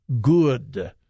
good